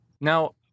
Now